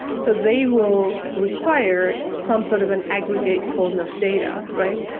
so they will require some sort of an aggregate form of data, right?